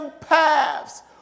paths